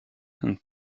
and